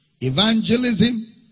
evangelism